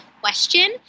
question